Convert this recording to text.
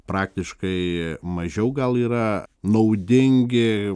praktiškai mažiau gal yra naudingi